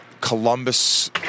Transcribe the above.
Columbus